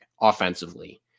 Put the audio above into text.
offensively